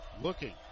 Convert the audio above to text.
looking